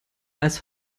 als